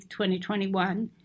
2021